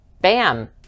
Bam